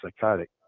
psychotic